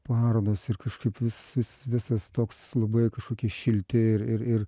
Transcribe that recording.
parodos ir kažkaip vis vis visas toks labai kažkokie šilti ir ir ir